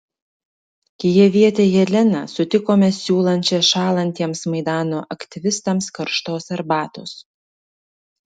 kijevietę jeleną sutikome siūlančią šąlantiems maidano aktyvistams karštos arbatos